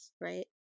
right